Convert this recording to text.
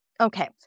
Okay